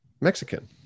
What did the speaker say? Mexican